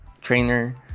trainer